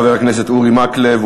חבר הכנסת אורי מקלב,